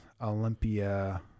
Olympia